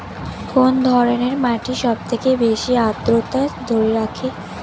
কোন ধরনের মাটি সবথেকে বেশি আদ্রতা ধরে রাখে?